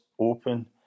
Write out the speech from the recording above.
open